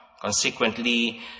consequently